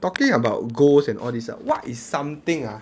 talking about ghost and all these ah what is something ah